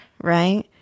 right